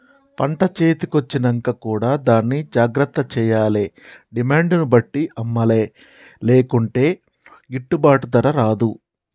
పంట చేతి కొచ్చినంక కూడా దాన్ని జాగ్రత్త చేయాలే డిమాండ్ ను బట్టి అమ్మలే లేకుంటే గిట్టుబాటు ధర రాదు